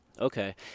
Okay